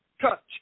touch